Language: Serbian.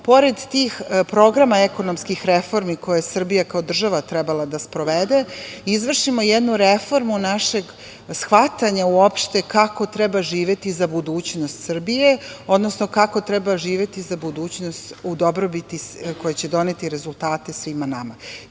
pored tih programa ekonomskih reformi koje je Srbija kao država trebala da sprovede, da izvršimo jednu reformu našeg shvatanja uopšte kako treba živeti za budućnost Srbije, odnosno kako treba živeti za budućnost u dobrobiti koja će doneti rezultate svima nama. Očito